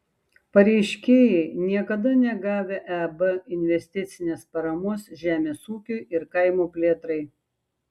pareiškėjai niekada negavę eb investicinės paramos žemės ūkiui ir kaimo plėtrai